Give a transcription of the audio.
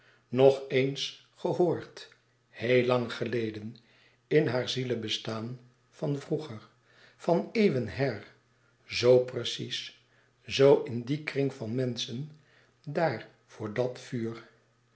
nog éens gehoord heel lang geleden in haar zielebestaan van vroeger van eeuwen her zoo precies zoo in dien kring van menschen daar voor dat vuur